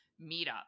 meetup